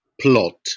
plot